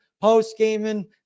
post-gaming